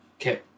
okay